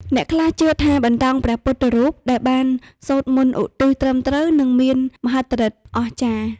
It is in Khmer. អ្នកខ្លះជឿថា បន្តោងព្រះពុទ្ធរូបដែលបានសូត្រមន្តឧទ្ទិសត្រឹមត្រូវ នឹងមានមហិទ្ធិឫទ្ធិអស្ចារ្យ។